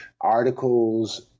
articles